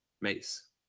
Mace